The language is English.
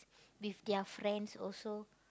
with their friends also